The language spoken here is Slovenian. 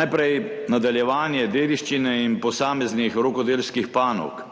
Najprej nadaljevanje dediščine in posameznih rokodelskih panog.